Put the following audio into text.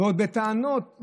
ועוד טענות.